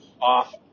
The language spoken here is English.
Off